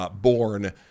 Born